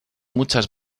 muchas